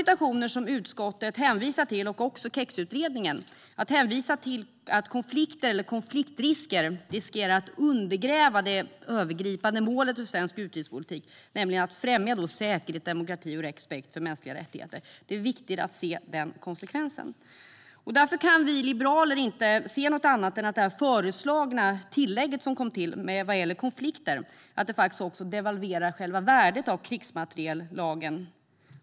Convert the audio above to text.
Utskottet och även KEX-utredningen hänvisar till att konflikter eller konfliktrisker riskerar att undergräva det övergripande målet för svensk utrikespolitik, nämligen att främja säkerhet demokrati och respekt för mänskliga rättigheter. Det är viktigt att se den konsekvensen. Därför kan vi liberaler inte se något annat än att det föreslagna tillägget vad gäller konflikter devalverar själva värdet av krigsmateriellagen.